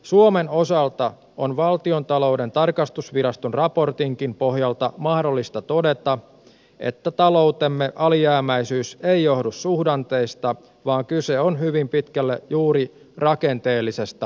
suomen osalta on valtiontalouden tarkastusviraston raportinkin pohjalta mahdollista todeta että taloutemme alijäämäisyys ei johdu suhdanteista vaan kyse on hyvin pitkälle juuri rakenteellisesta alijäämästä